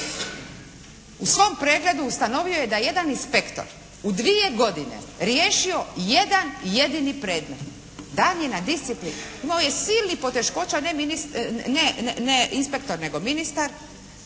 U svom pregledu ustanovio je da je jedan inspektor u dvije godine riješio jedan jedini predmet. Dan je na disciplinski. Imao je silnih poteškoća, ne inspektor nego ministar,